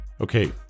Okay